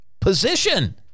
position